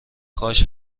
کاش